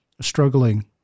struggling